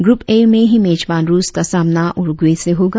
group A में ही मेजबान रुस का सामना उरुग्वे से होगा